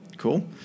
cool